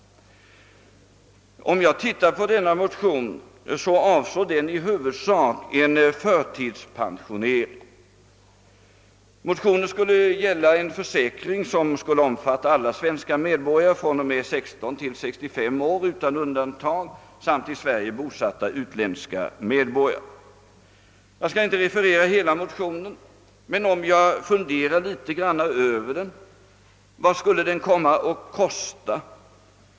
Denna motion avsåg i huvudsak följande. Där föreslogs en försäkring som skulle omfatta alla svenska medborgare utan undantag från 16 till 65 år samt i Sverige bosatta utländska medborgare. Jag skall inte referera innehållet i hela motionen, men låt mig fundera något över vad ett genomförande av dess förslag skulle komma att kosta.